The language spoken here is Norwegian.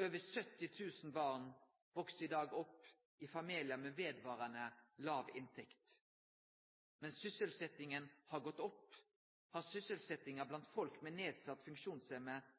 Over 70 000 barn veks i dag opp i familiar med vedvarande låg inntekt. Mens sysselsetjinga har gått opp, har sysselsetjinga blant folk med nedsett